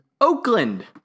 Oakland